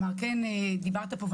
דיברת פה,